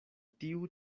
tiu